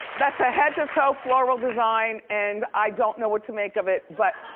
that's a head to toe floral design and i don't know what to make of it, but,